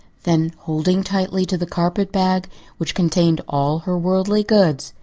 then, holding tightly to the carpet-bag which contained all her worldly goods,